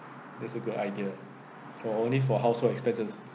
that's a good idea for only for household expenses